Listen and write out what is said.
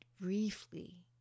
briefly